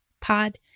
Pod